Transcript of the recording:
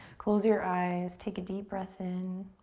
close your eyes, take a deep breath in.